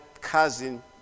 cousin